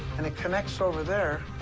and it connects over there.